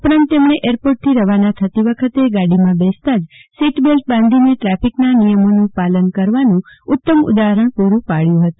ઉપરાંત તેમણે એરપોર્ટથી રવાના થતી વખતે ગાડીમાં બેસતા જ સીટ બેલ્ટ બાંધીને ટ્રાફિકના નિયમોનું પાલન કરવાનું ઉત્તમ ઉદાહર પુરૂ પાડ્યુ હતું